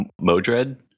Modred